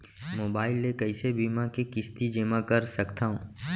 Mobile ले कइसे बीमा के किस्ती जेमा कर सकथव?